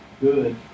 good